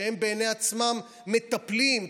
שהם בעיני עצמם מטפלים,